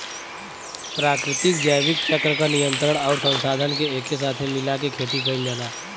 प्राकृतिक जैविक चक्र क नियंत्रण आउर संसाधन के एके साथे मिला के खेती कईल जाला